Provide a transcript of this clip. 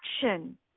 action